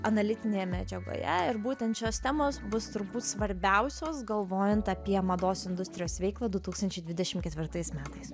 analitinėje medžiagoje ir būtent šios temos bus turbūt svarbiausios galvojant apie mados industrijos veiklą du tūkstančiai dvidešim ketvirtais metais